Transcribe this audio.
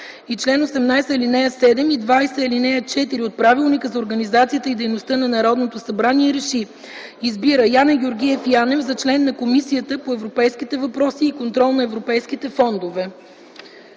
и чл. 18, ал. 7 и чл. 20, ал. 4 от Правилника за организацията и дейността на Народното събрание, Р Е Ш И: Избира Яне Георгиев Янев за член на Комисията по европейските въпроси и контрол на европейските фондове”.